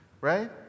right